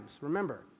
Remember